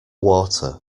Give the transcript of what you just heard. water